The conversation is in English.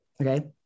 okay